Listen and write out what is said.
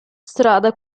strada